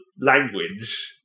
language